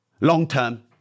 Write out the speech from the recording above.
long-term